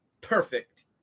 perfect